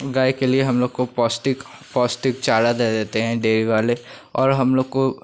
गाय के लिए हम लोग को पौष्टिक पौष्टिक चारा दे देते हैं डेरी वाले और हम लोग को